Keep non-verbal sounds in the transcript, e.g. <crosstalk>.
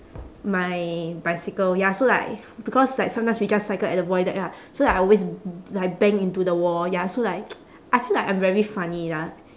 my bicycle ya so like because like sometimes we just cycle at the void deck lah so like I always like bang into the wall ya so like <noise> I feel like I'm very funny lah